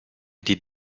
die